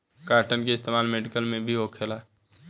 cotton के इस्तेमाल medical में भी होखेला